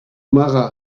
mara